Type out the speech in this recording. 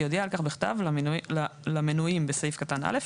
יודיע על כך בכתב למנויים בסעיף קטן (א)